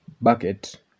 bucket